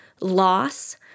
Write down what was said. loss